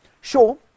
Sure